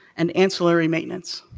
and ancillary maintenance.